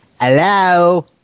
Hello